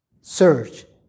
search